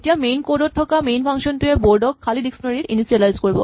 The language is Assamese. এতিয়া মেইন কড থকা মেইন ফাংচন টোৱে বৰ্ড ক খালী ডিক্সনেৰী ত ইনিচিয়েলাইজ কৰিব